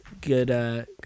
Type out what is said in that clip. good